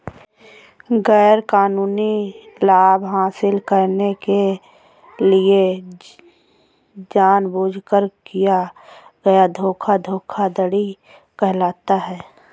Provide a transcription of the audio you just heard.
गैरकानूनी लाभ हासिल करने के लिए जानबूझकर किया गया धोखा धोखाधड़ी कहलाता है